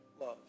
love